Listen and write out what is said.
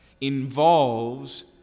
involves